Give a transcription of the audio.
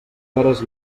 peres